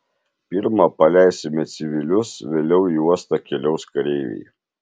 pirma paleisime civilius vėliau į uostą keliaus kareiviai